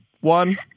One